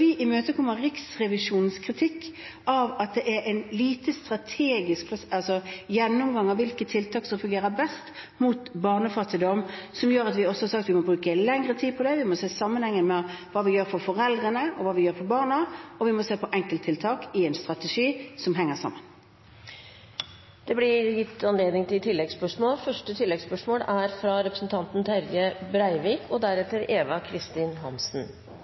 vi imøtekommer Riksrevisjonens kritikk av at det er en lite strategisk gjennomgang av hvilke tiltak som fungerer best mot barnefattigdom. Dette gjør at vi har sagt at vi må bruke lengre tid på det, vi må se sammenhengen mellom hva vi gjør for foreldrene og for barna, og vi må se på enkelttiltak i en strategi som henger sammen. Det blir gitt anledning til